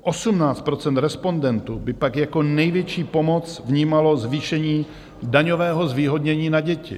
18 % respondentů by pak jako největší pomoc vnímalo zvýšení daňového zvýhodnění na děti.